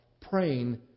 praying